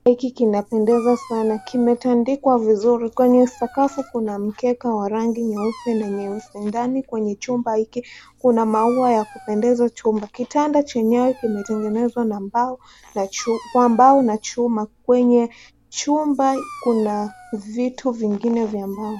Kitanda hiki kimepanda sana. Kimetandikwa vizuri ,kwenye sakafu kuna mkeka wa rangi nyeupe na nyeusi. Ndani kwenye chumba hiki kuna maua ya kupendeza chumba. Kitanda chenyewe kimetengenezwa na mbao na chuma. Kwenye chumba kuna vitu vingine vya mbao.